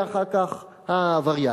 ואחר כך היה עבריין,